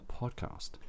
podcast